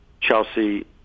Chelsea